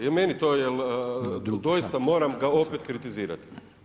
I meni to jer doista moram ga opet kritizirati.